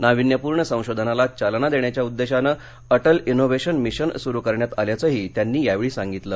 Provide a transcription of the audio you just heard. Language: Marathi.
नाविन्यपूर्ण संशोधनाला चालना देण्याच्या उद्देशानं अटल इनोव्हशन मिशन सुरु करण्यात आल्याचंही त्यांनी यावेळी सांगितलं